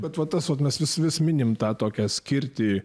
bet va tas sapnas vis vis minime tą tokią skirti